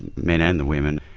men and the women,